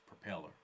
propeller